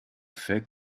fait